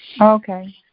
Okay